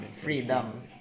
Freedom